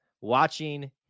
watching